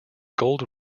gold